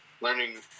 learning